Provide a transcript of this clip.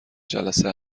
جلسه